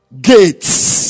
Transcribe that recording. gates